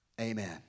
Amen